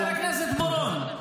חבר הכנסת בוארון,